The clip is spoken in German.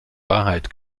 wahrheit